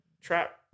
trap